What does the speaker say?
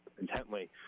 intently